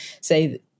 Say